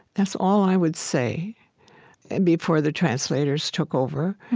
that's all i would say before the translators took over,